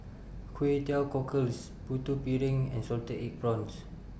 Kway Teow Cockles Putu Piring and Salted Egg Prawns